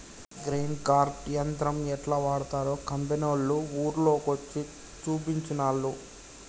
grain cart యంత్రం యెట్లా వాడ్తరో కంపెనోళ్లు ఊర్ల కొచ్చి చూపించిన్లు